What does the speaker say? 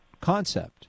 concept